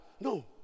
No